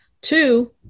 Two